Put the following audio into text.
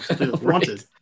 wanted